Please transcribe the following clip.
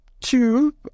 two